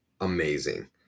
amazing